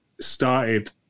started